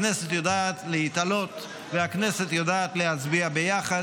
הכנסת יודעת להתעלות והכנסת יודעת להצביע ביחד,